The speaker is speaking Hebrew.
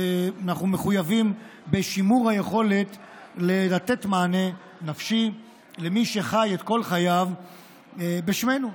אנחנו מחויבים בשימור היכולת לתת מענה נפשי למי שחי את כל חייו בשמנו,